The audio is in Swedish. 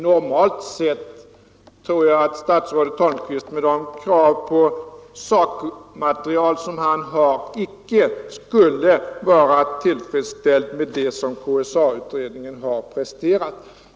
Normalt sett tror jag att statsrådet Holmqvist, med de krav på sakmaterial som han har, inte skulle var tillfredsställd med det som KSA-utredningen här presterat.